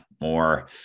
more